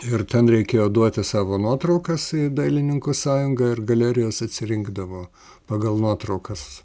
ir ten reikėjo duoti savo nuotraukas į dailininkų sąjunga ir galerijos atsirinkdavo pagal nuotraukas